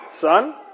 Son